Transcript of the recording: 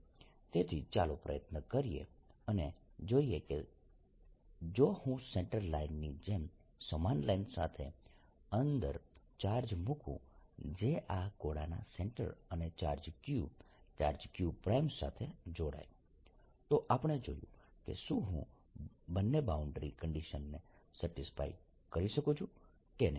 તેથી ચાલો પ્રયત્ન કરીએ અને જોઈએ કે જો હું સેન્ટર લાઈનની જેમ સમાન લાઇન સાથે અંદર ચાર્જ મુકું જે આ ગોળાના સેન્ટર અને charge q charge q prime સાથે જોડાય તો આપણે જોઈએ કે શું હું બંને બાઉન્ડ્રી કન્ડીશન્સને સેટિસ્ફાય કરી શકું છું કે નહીં